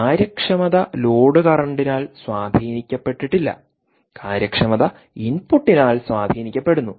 കാര്യക്ഷമത ലോഡ് കറന്റിനാൽ Io I O സ്വാധീനിക്കപ്പെട്ടിട്ടില്ല കാര്യക്ഷമത ഇൻപുട്ടിനാൽ സ്വാധീനിക്കപെടുന്നു